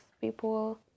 people